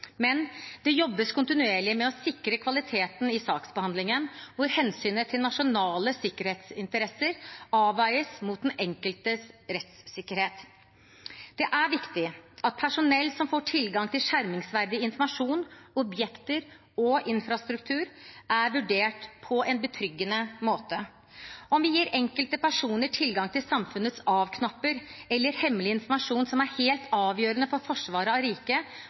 men det jobbes kontinuerlig med å sikre kvaliteten i saksbehandlingen, der hensynet til nasjonale sikkerhetsinteresser avveies mot den enkeltes rettssikkerhet. Det er viktig at personell som får tilgang til skjermingsverdig informasjon, objekter og infrastruktur, er vurdert på en betryggende måte. Om vi gir enkeltpersoner tilgang til samfunnets av-knapper eller hemmelig informasjon som er helt avgjørende for forsvaret av